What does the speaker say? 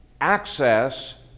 access